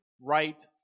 right